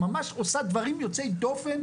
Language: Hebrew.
ממש עושה דברים יוצאו דופן,